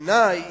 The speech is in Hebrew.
בעיני,